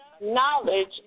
Knowledge